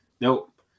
Nope